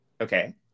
Okay